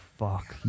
fuck